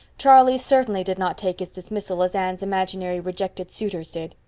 charlie certainly did not take his dismissal as anne's imaginary rejected suitors did.